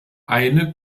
eine